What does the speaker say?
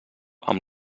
amb